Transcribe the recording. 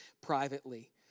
privately